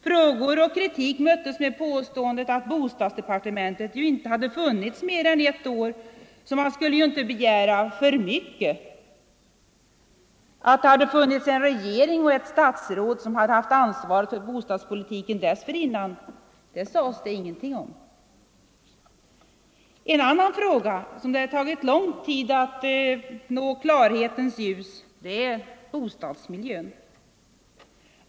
Frågor och kritik möttes med påståendet att bostadsdepartementet ju inte hade funnits mer än ett år, så man skulle ju inte begära för mycket. Att det hade funnits en regering och statsråd som hade haft ansvaret för bostadspolitiken dessförinnan sades det inget om. En annan fråga som det tagit lång tid att nå klarhetens ljus i är bostadsmiljön.